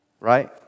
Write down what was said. right